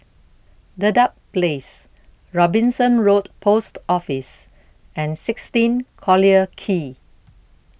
Dedap Place Robinson Road Post Office and sixteen Collyer Quay